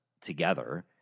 together